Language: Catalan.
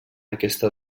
aquesta